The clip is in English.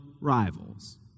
rivals